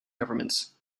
governments